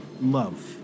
love